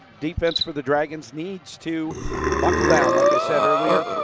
defense for the dragons needs to buckle down like i said earlier